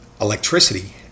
electricity